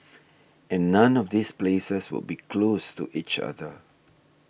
and none of these places would be close to each other